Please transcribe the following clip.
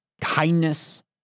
kindness